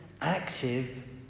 active